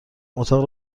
اتاق